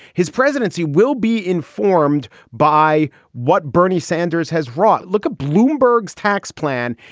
his presidency will be informed by what bernie sanders has wrought. look, ah bloomberg's tax plan,